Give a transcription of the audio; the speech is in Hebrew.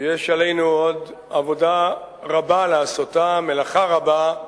שיש עלינו עוד עבודה רבה לעשותה, מלאכה רבה,